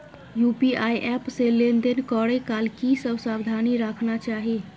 UPI app से लेन देन करै काल की सब सावधानी राखना चाही?